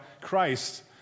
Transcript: Christ